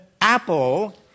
Apple